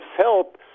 help